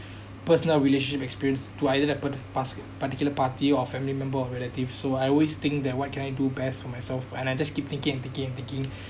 personal relationship experience to either that part~ pas~ particular party or family member or relatives so I always think that what can I do best for myself and I just keep thinking and thinking and thinking